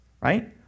Right